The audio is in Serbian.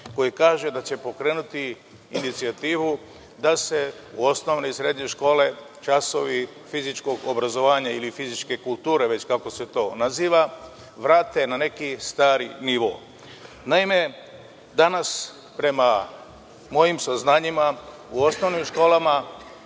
koji kaže da će pokrenuti inicijativu da se u osnovne i srednje škole časovi fizičkog obrazovanja ili fizičke kulture, već kako se to naziva, vrate na neki stari nivo. Naime, danas, prema mojim saznanjima, u osnovnim školama